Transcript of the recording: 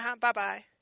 Bye-bye